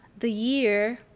the year